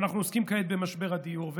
אנחנו עוסקים כעת במשבר הדיור.